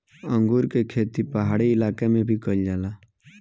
अंगूर के खेती पहाड़ी इलाका में भी कईल जाला